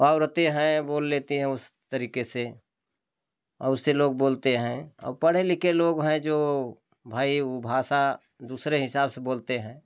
औरतें हैं बोल लेती हैं उस तरीके से और उससे लोग बोलते है और पढ़े लिखे लोग हैं जो भय ऊ भाषा दूसरे हिसाब से बोलते हैं